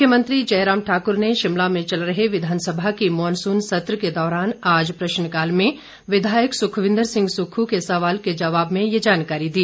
मुख्यमंत्री जयराम ठाकुर ने शिमला में चल रहे विधानसभा के मॉनसून सत्र के दौरान आज प्रश्नकाल में विधायक सुखविंदर सिंह सुक्खू के सवाल के जवाब में ये जानकारी दी